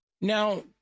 Now